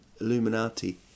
Illuminati